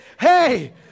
hey